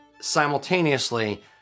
simultaneously